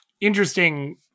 Interesting